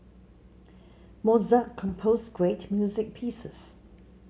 Mozart composed great music pieces